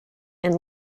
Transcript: and